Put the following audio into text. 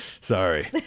sorry